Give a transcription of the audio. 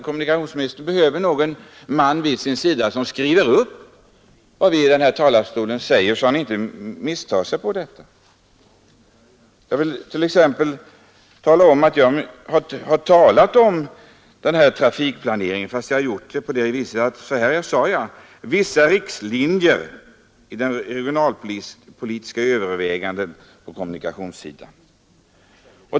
Kommunikationsministern behöver nog en man vid sin sida som skriver upp vad vi säger här i talarstolen, så att han inte behöver missta sig på det. Jag har exempelvis berört denna trafikplanering på det sättet att jag har talat om vissa riktlinjer i de regionalpolitiska övervägandena på kommunikationssidan.